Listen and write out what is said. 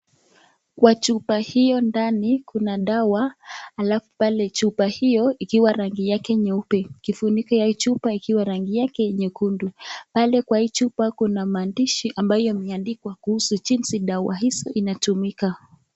Kwa chupa ndani kuna dawa alafu chupa hiyo ikiwa ya rangi nyeupe na kifuniko yake ikiwa rangi nyekundu. Kwa chupa kuna maandishi ambayo imeandikwa kuhusu jinsi dawa hii inatumika.